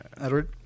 Edward